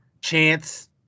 chance